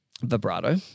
Vibrato